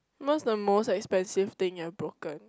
most the most expensive thing that you've broken